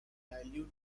dilute